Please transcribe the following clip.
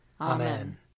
Amen